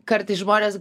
kartais žmonės